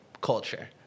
culture